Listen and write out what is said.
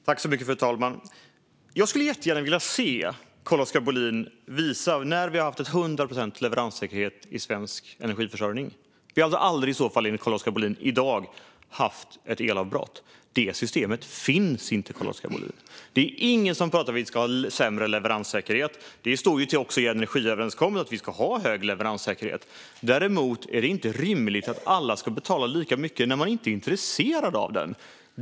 Fru talman! Jag skulle jättegärna vilja se Carl-Oskar Bohlin visa när vi har haft 100 procents leveranssäkerhet i svensk energiförsörjning. I så fall skulle vi enligt honom aldrig ha haft ett elavbrott. Det systemet finns inte, Carl-Oskar Bohlin. Det är ingen som talar om att vi ska ha sämre leveranssäkerhet. Det ingår också i energiöverenskommelsen att vi ska ha hög leveranssäkerhet. Däremot är det inte rimligt att alla ska betala lika mycket när man inte är intresserad av den.